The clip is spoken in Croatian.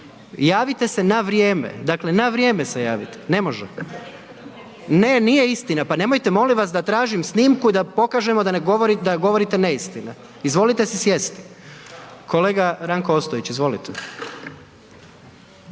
Javite se na vrijeme, dakle na vrijeme se javite. Ne može … /Upadica se ne razumije./ … ne, nije istina, pa nemojte molim vas da tražim snimku i da pokažemo da govorite neistine. Izvolite si sjest. Kolega Ranko Ostojić, izvolite.